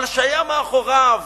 אבל שהיה מאחוריו